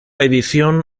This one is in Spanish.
edición